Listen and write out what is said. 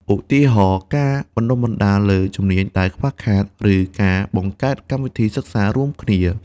ឧទាហរណ៍ ការបណ្តុះបណ្តាលលើជំនាញដែលខ្វះខាត ឬការបង្កើតកម្មវិធីសិក្សារួមគ្នា។